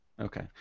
Okay